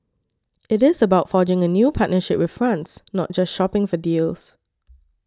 it is about forging a new partnership with France not just shopping for deals